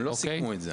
הם לא סיכמו את זה.